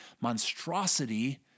monstrosity